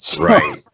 Right